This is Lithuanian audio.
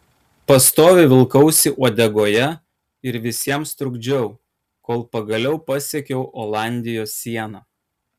pastoviai vilkausi uodegoje ir visiems trukdžiau kol pagaliau pasiekiau olandijos sieną